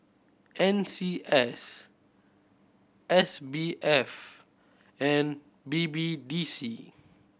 N C S S B F and B B D C